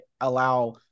allow